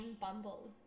Bumble